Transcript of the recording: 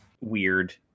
weird